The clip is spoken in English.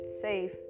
safe